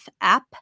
app